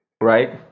right